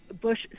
Bush